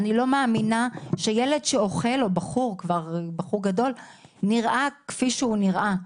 אני לא מאמינה שבחור שאוכל נראה כפי שהוא נראה.